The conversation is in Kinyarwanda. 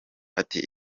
ati